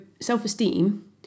self-esteem